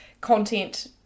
content-